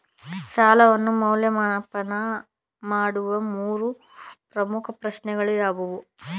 ಸಾಲವನ್ನು ಮೌಲ್ಯಮಾಪನ ಮಾಡುವ ಮೂರು ಪ್ರಮುಖ ಪ್ರಶ್ನೆಗಳು ಯಾವುವು?